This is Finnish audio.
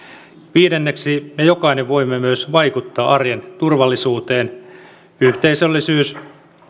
viidenneksi me jokainen voimme myös vaikuttaa arjen turvallisuuteen yhteisöllisyys